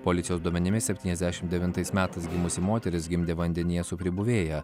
policijos duomenimis septyniasdešimt devintais metais gimusi moteris gimdė vandenyje su pribuvėja